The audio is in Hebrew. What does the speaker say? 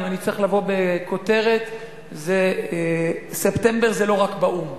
אם אני צריך לבוא בכותרת: ספטמבר זה לא רק באו"ם.